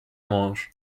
mąż